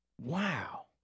Wow